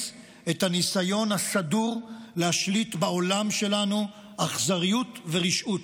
את הניסיון הסדור להשליט בעולם שלנו אכזריות ורשעות.